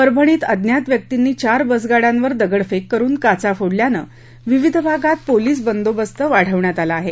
परभणीत अज्ञात व्यक्तींनी चार बसगाड्यांवर दगडफेक करून काचा फोडल्यानं विविध भागात पोलिस बंदोबस्त वाढवण्यात आला आहे